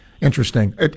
Interesting